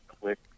click